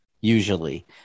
usually